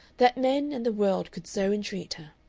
that men and the world could so entreat her.